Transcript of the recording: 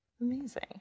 Amazing